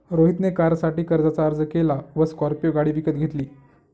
रोहित ने कारसाठी कर्जाचा अर्ज केला व स्कॉर्पियो गाडी विकत घेतली